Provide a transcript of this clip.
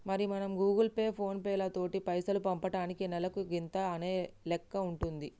మరి మనం Google Pay phone పేలతోటి పైసలు పంపటానికి నెలకు గింత అనే లెక్క ఉంటుంది